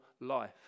life